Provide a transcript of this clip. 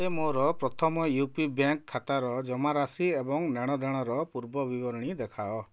ମୋତେ ମୋର Prathama U P bank ଖାତାର ଜମାରାଶି ଏବଂ ନେଣଦେଣର ପୂର୍ବବିବରଣୀ ଦେଖାଅ